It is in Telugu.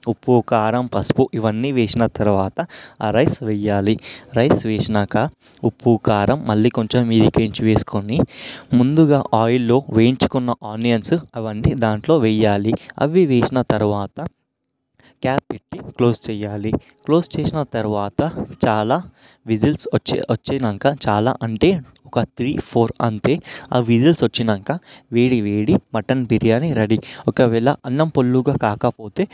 ఉప్పు కారం పసుపు ఇవన్నీ వేసిన తరువాత ఆ రైస్ వెయ్యాలి రైస్ వేసాక ఉప్పు కారం మళ్ళీ కొంచెం మీదినుంచి వేసుకొని ముందుగా ఆయిల్లో వేయించుకున్న ఆనియన్స్ అవన్నీ దాంట్లో వేయాలి అవి వేసిన తరువాత క్యాప్ పెట్టి క్లోజ్ చేయాలి క్లోజ్ చేసిన తరువాత చాలా విజిల్స్ వచ్చే వచ్చాక చాలా అంటే ఒక త్రీ ఫోర్ అంతే ఆ విజిల్స్ వచ్చాక వేడి వేడి మటన్ బిర్యానీ రెడీ ఒకవేళ అన్నం పుల్లగా కాకపోతే